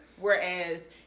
Whereas